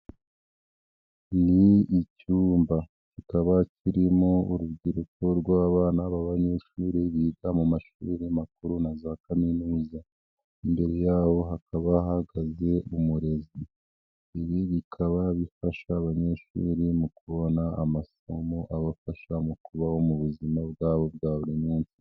Ni icyumba kikaba kirimo urubyiruko rw'abana b'abanyeshuri biga mu mashuri makuru na za kaminuza imbere yabo hakaba hahagaze umurezi ibi bikaba bifasha abanyeshuri mu kubona amasomo abafasha mu kubaho mu buzima bwabo bwa buri munsi.